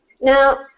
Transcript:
Now